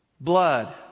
blood